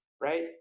right